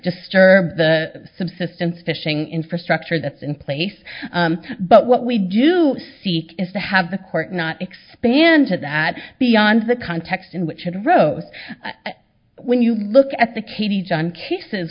disturb the subsistence fishing infrastructure that's in place but what we do seek is to have the court not expand to that beyond the context in which it rose when you look at the katy john case